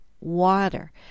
water